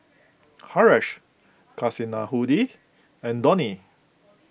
Haresh Kasinadhuni and Dhoni